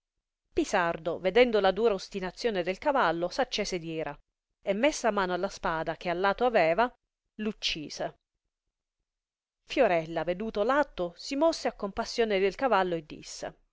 pisardo vedendo la dura ostinazione del cavallo s accese d ira e messa mano alla spada che a lato aveva l uccise fiorella veduto l atto si mosse a compassione del cavallo e disse